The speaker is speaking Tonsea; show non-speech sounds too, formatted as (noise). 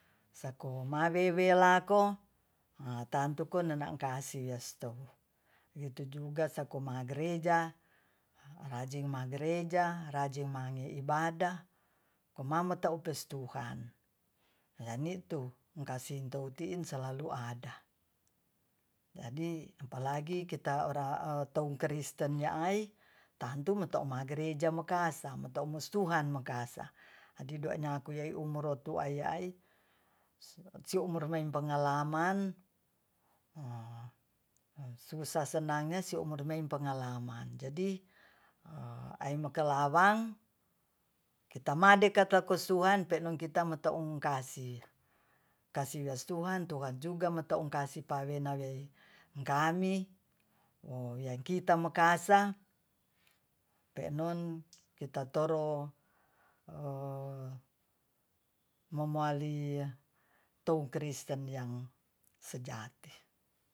Semawewe lako ha tantu ku na'na kasih wiyas tou witujuga sakoma gereja rajin ma gereja rajin mange ibadah komameupas stou tuhan yani'tu kasih intou ti'in solalu ada jadi apalagi kita orang tou keristen na'ai tantu meto'ma gereja mekasa meto'u mustuhan mekasa jadi nyo nyaku yai umurotu'ai ya'i si'u umuroy pengalaman (hesitation) susa senangnya sio umurmein pengalaman jadi (hesitation) ai mekelawang kita made kata kosuhan pen'non kita meta'ung kasih kasih yos tuhan tuhan juga meta'ong kasih pawenawe angkami ya kita mekasa (noise) pe'non kitatoro (noise) (hesitation) (noise) mo'moali toung kristen yang sejati